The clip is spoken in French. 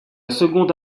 seconde